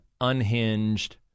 unhinged